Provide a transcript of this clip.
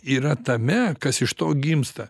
yra tame kas iš to gimsta